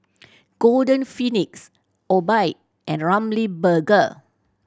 Golden Peony Obike and Ramly Burger